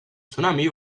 tsunami